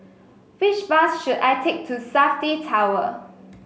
which bus should I take to Safti Tower